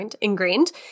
ingrained